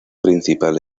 principal